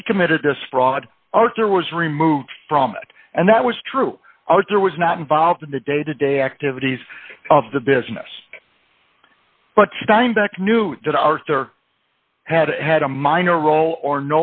he committed this fraud arthur was removed from it and that was true there was not involved in the day to day activities of the business but steinbeck knew that arthur had had a minor role or